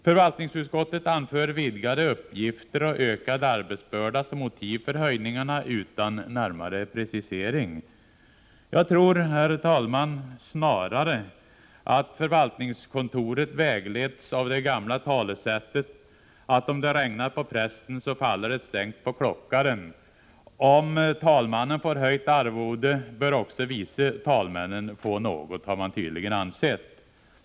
Förvaltningskontoret anför vidgade uppgifter och ökad arbetsbörda som motiv för höjningarna utan närmare precisering. Jag tror, herr talman, snarare att förvaltningskontoret har vägletts av det gamla talesättet att om det regnar på prästen så faller det ett stänk på klockaren. Om talmannen får höjt arvode, bör också vice talmännen få något, har man tydligen ansett.